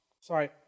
sorry